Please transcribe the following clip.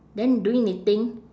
then doing knitting